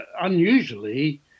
unusually